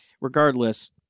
regardless